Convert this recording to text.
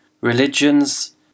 religions